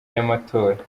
y’amatora